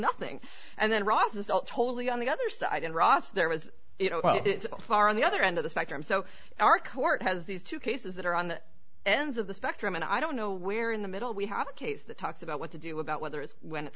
nothing and then ross is totally on the other side and ross there was you know far on the other end of the spectrum so our court has these two cases that are on the ends of the spectrum and i don't know where in the middle we have a case that talks about what to do about whether it's when it's